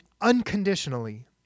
unconditionally